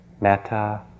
Metta